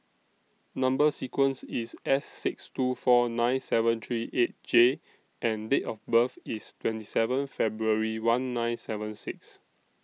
Number sequence IS S six two four nine seven three eight J and Date of birth IS twenty seven February one nine seven six